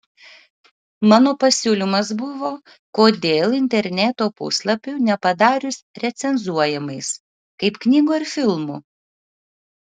mano pasiūlymas buvo kodėl interneto puslapių nepadarius recenzuojamais kaip knygų ar filmų